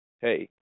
hey